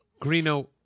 greeno